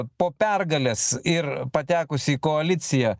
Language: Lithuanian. po pergalės ir patekusi į koaliciją